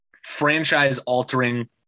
franchise-altering